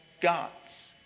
gods